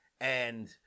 And-